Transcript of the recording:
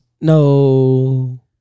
no